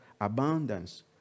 abundance